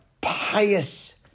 pious